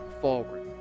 forward